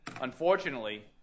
unfortunately